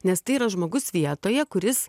nes tai yra žmogus vietoje kuris